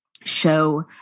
show